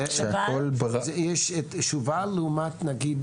יש את שוב"ל לעומת, נגיד,